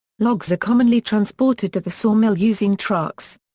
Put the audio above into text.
logs are commonly transported to the sawmill using trucks.